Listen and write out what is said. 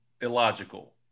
illogical